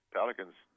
Pelicans